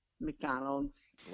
McDonald's